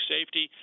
Safety